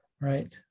right